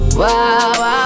wow